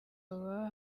baba